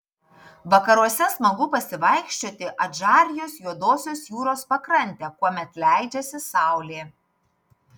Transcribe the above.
vakaruose smagu pasivaikščioti adžarijos juodosios jūros pakrante kuomet leidžiasi saulė